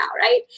right